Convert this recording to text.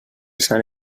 sant